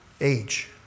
age